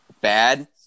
bad